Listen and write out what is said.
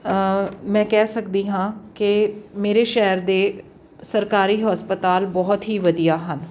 ਮੈਂ ਕਹਿ ਸਕਦੀ ਹਾਂ ਕਿ ਮੇਰੇ ਸ਼ਹਿਰ ਦੇ ਸਰਕਾਰੀ ਹਸਪਤਾਲ ਬਹੁਤ ਹੀ ਵਧੀਆ ਹਨ